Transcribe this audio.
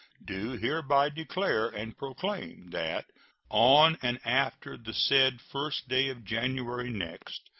do hereby declare and proclaim that on and after the said first day of january next,